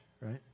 right